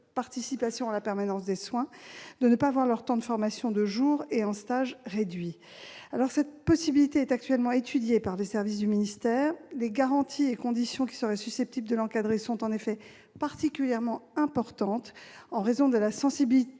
participation à la permanence des soins de ne pas voir leur temps de formation de jour et en stage réduit. Cette possibilité est actuellement étudiée par les services de mon ministère. Les garanties et conditions qui seraient susceptibles de l'encadrer sont particulièrement importantes en raison de la sensibilité